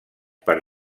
per